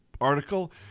article